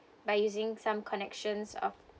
by using some connections of